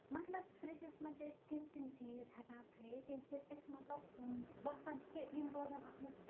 مطلب فرجَس منٛز چھِ أسۍ تِم تِم چیٖز ہٮ۪کان تھٲیِتھ ییٚمہِ سۭتۍ أسۍ مطلب باسان چھِ کہِ یِم روزن اَتھ منٛز